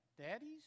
Daddies